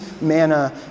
manna